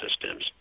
systems